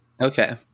Okay